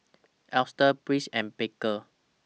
Estrella Brice and Baker